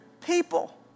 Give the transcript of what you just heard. people